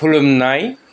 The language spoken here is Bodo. खुलुमनाय